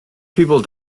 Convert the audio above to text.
people